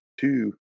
two